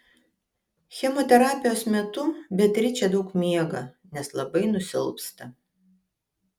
chemoterapijos metu beatričė daug miega nes labai nusilpsta